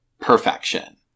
perfection